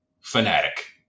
fanatic